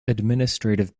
administrative